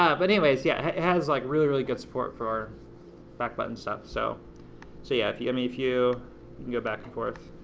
ah but anyways, yeah, it has like really, really good support for back button stuff. so so yeah if you um if you go back and forth,